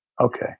Okay